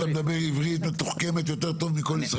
אתה מדבר עברית מתוחכמת יותר טוב מכל ישראל.